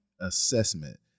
assessment